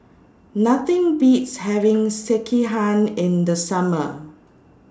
Nothing Beats having Sekihan in The Summer